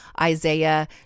Isaiah